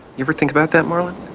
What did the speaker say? you ever think about that, marlon?